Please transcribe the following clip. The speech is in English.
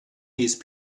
these